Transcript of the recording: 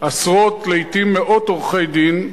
עשרות ולעתים מאות עורכי-דין,